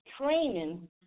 training